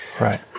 Right